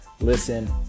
Listen